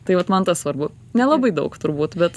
tai vat man tas svarbu nelabai daug turbūt bet